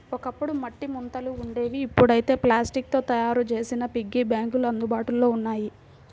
ఒకప్పుడు మట్టి ముంతలు ఉండేవి ఇప్పుడైతే ప్లాస్టిక్ తో తయ్యారు చేసిన పిగ్గీ బ్యాంకులు అందుబాటులో ఉన్నాయి